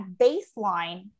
baseline